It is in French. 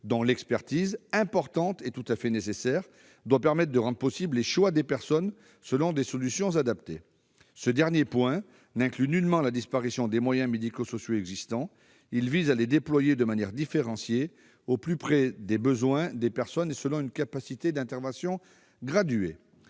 dont l'expertise, importante et tout à fait nécessaire, doit permettre de rendre possible le choix des personnes, selon des solutions adaptées. Ce dernier point n'inclut nullement la disparition des moyens médico-sociaux existants. Il vise à les déployer de manière différenciée au plus près des besoins des personnes et selon une capacité d'intervention graduée.